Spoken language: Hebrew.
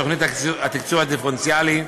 תוכנית התקצוב הדיפרנציאלי,